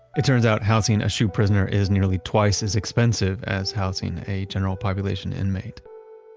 it turns out housing a shu prisoner is nearly twice as expensive as housing a general population inmate.